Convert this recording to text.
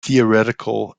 theoretical